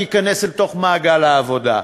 להיכנס אל תוך מעגל העבודה.